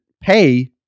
pay